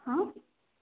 ହଁ